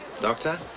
Doctor